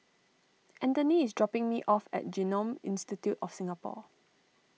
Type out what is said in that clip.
Anthony is dropping me off at Genome Institute of Singapore